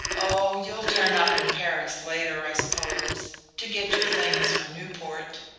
oh, you'll turn up in paris later, i suppose to get your things for newport.